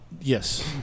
Yes